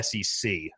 SEC